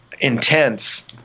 intense